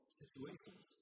situations